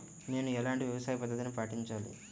నేను ఎలాంటి వ్యవసాయ పద్ధతిని పాటించాలి?